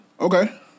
Okay